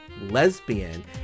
lesbian